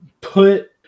put